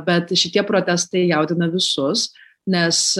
bet šitie protestai jaudina visus nes